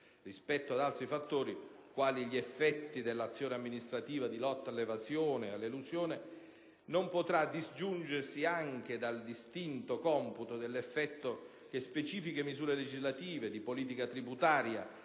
rispetto ad altri fattori, quali gli effetti dell'azione amministrativa di lotta all'evasione e all'elusione, non potrà disgiungersi anche dal distinto computo dell'effetto che specifiche misure legislative di politica tributaria